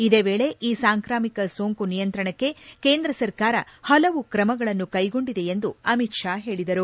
ಇದೇ ವೇಳೆ ಈ ಸಾಂಕ್ರಾಮಿಕ ಸೋಂಕು ನಿಯಂತ್ರಣಕ್ಕೆ ಕೇಂದ್ರ ಸರ್ಕಾರ ಹಲವು ಕ್ರಮಗಳನ್ನು ಕ್ಲೆಗೊಂಡಿದೆ ಎಂದು ಅಮಿತ್ ಶಾ ಹೇಳಿದರು